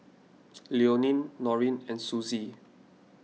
Leonia Noreen and Susie